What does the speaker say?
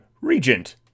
regent